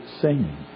singing